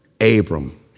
Abram